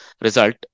result